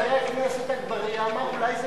אולי,